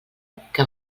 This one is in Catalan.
que